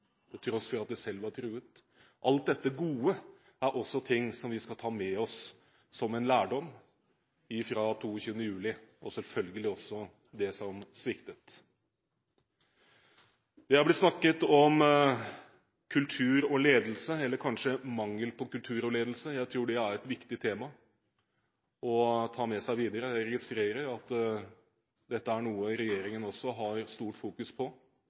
til tross for at de selv var truet. Alt dette gode er noe vi skal ta med oss som en lærdom fra 22. juli – og selvfølgelig også det som sviktet. Det er blitt snakket om kultur og ledelse – eller kanskje mangel på kultur og ledelse. Jeg tror det er et viktig tema å ta med seg videre. Jeg registrerer at dette er noe regjeringen også fokuserer mye på. Også justis- og beredskapsministeren har sagt at dette fokuserer man på